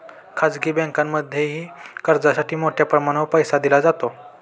खाजगी बँकांमध्येही कर्जासाठी मोठ्या प्रमाणावर पैसा दिला जातो